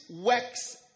works